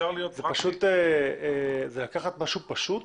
זה לקח משהו פשוט